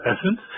essence